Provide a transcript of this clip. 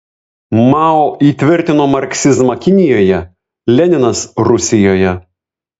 mao įtvirtino marksizmą kinijoje leninas rusijoje